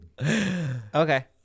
okay